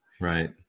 Right